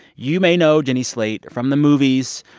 you may know jenny slate from the movies,